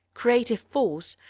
creative force,